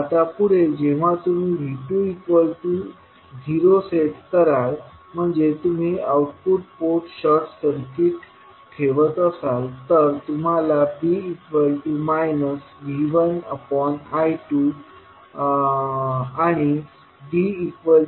आता पुढे जेव्हा तुम्हीV20 सेट कराल म्हणजे तुम्ही आउटपुट पोर्ट शॉर्ट सर्किट ठेवत असाल तर तुम्हाला B V1I2D I1I2 मिळेल